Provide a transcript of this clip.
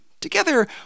Together